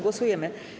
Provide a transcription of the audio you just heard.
Głosujemy.